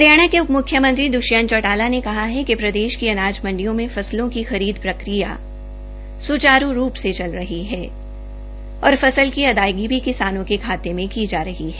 हरियाणा के उपम्ख्यमंत्री दृष्यंत चौटाला ने कहा कि प्रदेश की अनाज मंडियों में फसलों की खरीद प्रक्रिया सुचारू रूप से चल रही है और फसल की अदायगी भी किसानों के खाते में सीधी डाली जा रही है